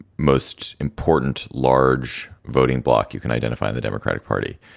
most important large voting bloc. you can identify the democratic party.